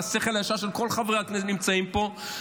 לשכל הישר של כל חברי הכנסת שנמצאים פה,